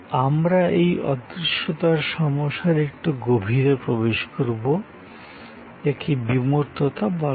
আমরা এই অদৃশ্যতার সমস্যার একটু গভীরে প্রবেশ করব যাকে অ্যাবস্ট্রাক্টনেস বা বিমূর্ততা বলা হয়